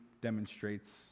demonstrates